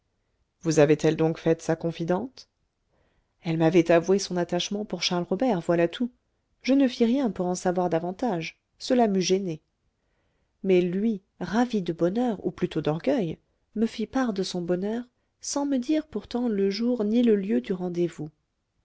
vous avait-elle donc faite sa confidente elle m'avait avoué son attachement pour charles robert voilà tout je ne fis rien pour en savoir davantage cela m'eût gênée mais lui ravi de bonheur ou plutôt d'orgueil me fit part de son bonheur sans me dire pourtant le jour ni le lieu du rendez-vous